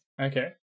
Okay